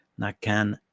Nakan